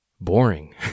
boring